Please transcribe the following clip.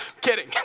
Kidding